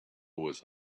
was